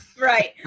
Right